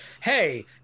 hey